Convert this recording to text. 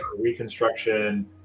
Reconstruction